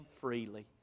freely